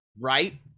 right